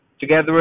together